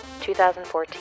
2014